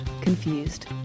Confused